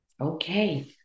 Okay